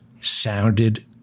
sounded